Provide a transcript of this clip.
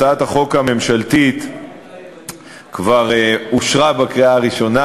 הצעת החוק הממשלתית כבר אושרה בקריאה ראשונה,